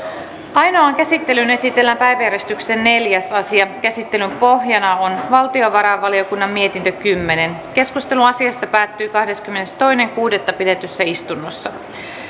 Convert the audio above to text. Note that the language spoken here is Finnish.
ainoaan käsittelyyn esitellään päiväjärjestyksen neljäs asia käsittelyn pohjana on valtiovarainvaliokunnan mietintö kymmenen keskustelu asiasta päättyi kahdeskymmenestoinen kuudetta kaksituhattakuusitoista pidetyssä täysistunnossa